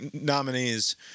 nominees